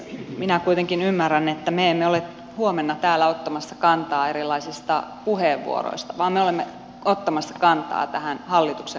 minä kuitenkin ymmärrän että me emme ole huomenna täällä ottamassa kantaa erilaisiin puheenvuoroihin vaan me olemme ottamassa kantaa tähän hallituksen antamaan tiedonantoon